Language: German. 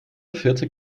vierzig